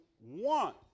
want